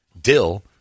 Dill